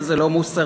שזה לא מוסרי,